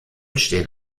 stehen